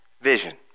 vision